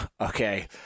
Okay